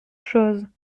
chose